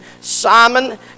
Simon